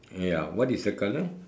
ya what is the colour